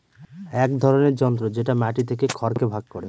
এক ধরনের যন্ত্র যেটা মাটি থেকে খড়কে ভাগ করে